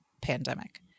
pandemic